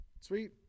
Sweet